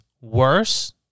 worse